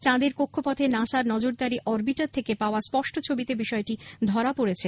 চাঁদের কক্ষপথে নাসার নজরদারি অরবিটার থেকে পাওয়া স্পষ্ট ছবিতে বিষয়টি ধরা পরেছে